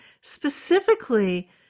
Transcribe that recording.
specifically